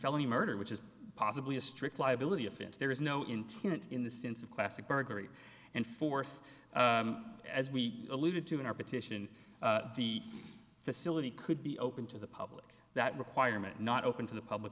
felony murder which is possibly a strict liability offense there is no intent in the sense of classic burglary and force as we alluded to in our petition facility could be open to the public that requirement not open to the public